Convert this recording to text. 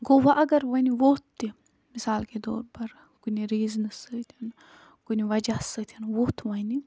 گوٚو وۄنۍ اگر وۄنۍ ووٚتھ تہِ مِثال کے طور پر کُنہِ ریٖزنہٕ سۭتۍ کُنہِ وجہ سۭتۍ ووٚتھ وَنہِ